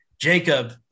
Jacob